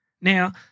Now